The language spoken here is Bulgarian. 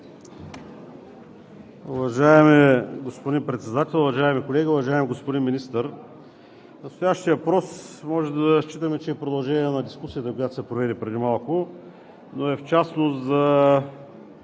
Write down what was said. Уважаеми господин Председател, уважаеми колеги! Уважаеми господин Министър, настоящият въпрос може да считаме, че е продължение на дискусията, проведена преди малко, но в частност е